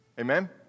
Amen